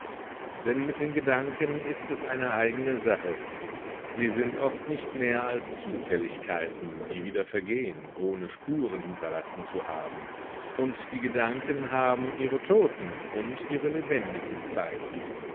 denn mit den gedanken ist es eine eigene sache sie sind oft nicht mehr als zufälligkeiten die wieder vergehen ohne spuren hinterlassen zu haben und die gedanken haben ihre toten und ihre lebendigen zeiten